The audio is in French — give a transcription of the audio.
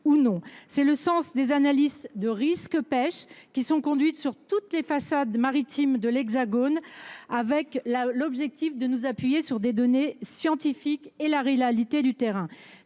C’est le sens des analyses « risque pêche » qui sont conduites sur toutes les façades maritimes de l’Hexagone, notre objectif étant de nous appuyer sur des données scientifiques et la réalité du terrain.